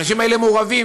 האנשים האלה מעורבים.